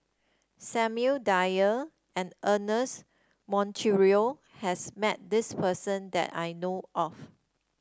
Samuel Dyer and Ernest Monteiro has met this person that I know of